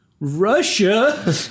Russia